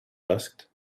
asked